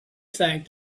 thanked